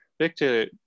Victor